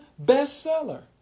bestseller